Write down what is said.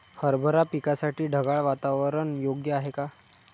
हरभरा पिकासाठी ढगाळ वातावरण योग्य आहे का?